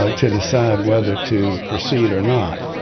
ah to decide whether to proceed or not.